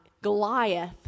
Goliath